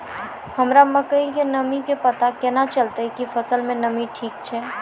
हमरा मकई के नमी के पता केना चलतै कि फसल मे नमी ठीक छै?